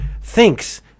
thinks